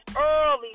early